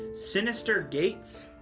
synyster gates,